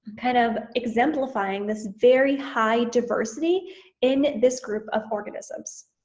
kind of exemplifying this very high diversity in this group of organisms.